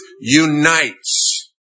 unites